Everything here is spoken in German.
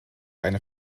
eine